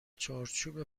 چارچوب